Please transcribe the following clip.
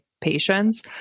patients